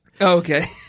Okay